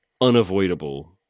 unavoidable